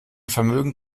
vermögen